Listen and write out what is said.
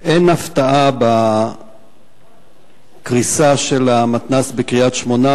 אין הפתעה בקריסה של המתנ"ס בקריית-שמונה,